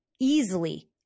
easily